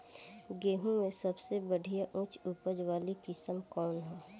गेहूं में सबसे बढ़िया उच्च उपज वाली किस्म कौन ह?